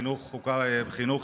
חבר הכנסת